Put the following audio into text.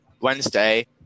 Wednesday